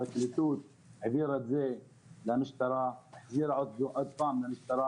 הפרקליטות החזירה את התיק שוב למשטרה.